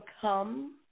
come